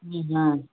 ம் ஹும்